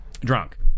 Drunk